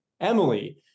Emily